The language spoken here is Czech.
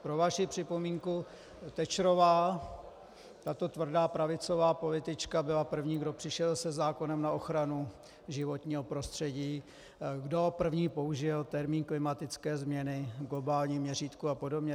Pro vaši připomínku: Thatcherová, tato tvrdá pravicová politička, byla první, kdo přišel se zákonem na ochranu životního prostředí, kdo první použil termín klimatické změny v globálním měřítku a podobně.